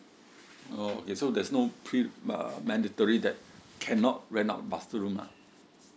oo so there's no pri~ uh mandatory that cannot rent out master room ah